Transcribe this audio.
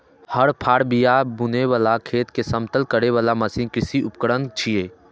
हर, फाड़, बिया बुनै बला, खेत कें समतल करै बला मशीन कृषि उपकरण छियै